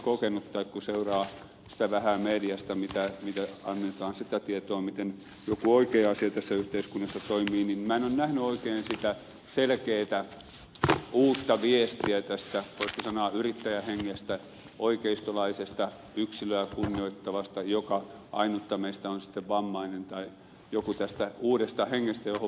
tai kun seuraa mediasta sitä vähää tietoa mitä annetaan miten joku oikea asia tässä yhteiskunnassa toimii niin minä en ole oikein nähnyt sitä selkeätä uutta viestiä tästä voisiko sanoa yrittäjähengestä oikeistolaisesta yksilöä kunnioittavasta joka ainutta meistä on sitten vammainen tai joku muu tästä uudesta hengestä johon vasemmisto ei kuulemma ole pystynyt ollenkaan